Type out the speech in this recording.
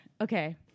okay